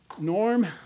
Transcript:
Norm